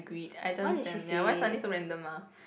agreed I don't understand ya why suddenly so random ah